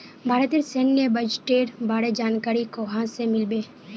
भारतेर सैन्य बजटेर बारे जानकारी कुहाँ से मिल बे